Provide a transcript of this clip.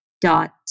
dot